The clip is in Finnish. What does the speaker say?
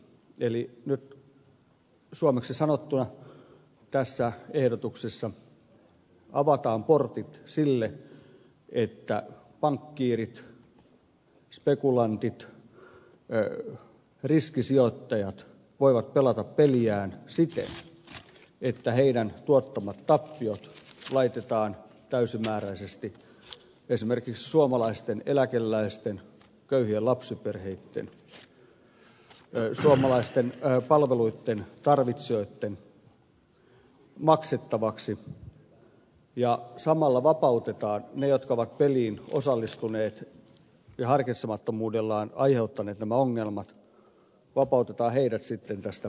eli nyt suomeksi sanottuna tässä ehdotuksessa avataan portit sille että pankkiirit spekulantit riskisijoittajat voivat pelata peliään siten että heidän tuottamansa tappiot laitetaan täysimääräisesti esimerkiksi suomalaisten eläkeläisten köyhien lapsiperheitten suomalaisten palveluitten tarvitsijoitten maksettaviksi ja samalla vapautetaan ne jotka ovat peliin osallistuneet ja harkitsemattomuudellaan aiheuttaneet nämä ongelmat tästä kustannusvastuusta